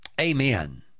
Amen